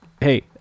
hey